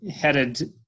headed